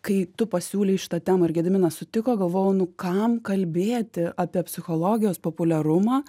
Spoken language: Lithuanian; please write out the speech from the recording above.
kai tu pasiūlei šitą temą ir gediminas sutiko galvojau nu kam kalbėti apie psichologijos populiarumą